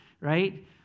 right